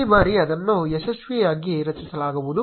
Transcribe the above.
ಈ ಬಾರಿ ಅದನ್ನು ಯಶಸ್ವಿಯಾಗಿ ರಚಿಸಲಾಗುವುದು